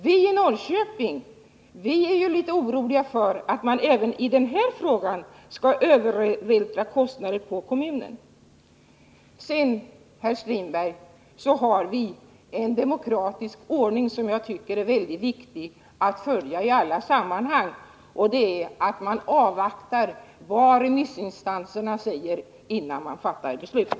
Vi i Norrköping är litet oroliga för att man även i den här frågan skall övervältra kostnaden på kommunen. Sedan, herr Strindberg, har vi en demokratisk ordning som jag tycker är väldigt viktigt att följa i alla sammanhang, nämligen att man avvaktar vad remissinstanserna säger innan man fattar beslut.